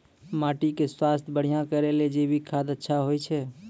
माटी के स्वास्थ्य बढ़िया करै ले जैविक खाद अच्छा होय छै?